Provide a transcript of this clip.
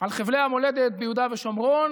על חבלי המולדת ביהודה ושומרון